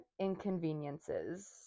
inconveniences